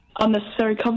Unnecessary